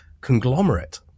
conglomerate